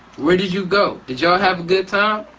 where did you go, did y'all have a good time?